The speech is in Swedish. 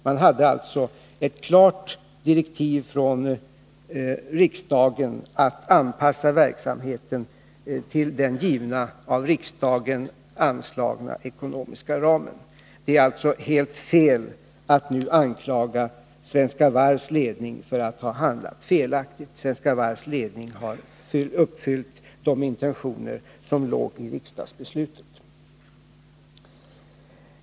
Man hade alltså ett klart direktiv från riksdagen att anpassa verksamheten till den av riksdagen anslagna ekonomiska ramen. Det är alltså helt fel att nu anklaga Svenska Varvs ledning för att ha handlat felaktigt. Svenska Varvs ledning har uppfyllt de intentioner som låg i riksdagsbeslutet.